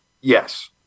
Yes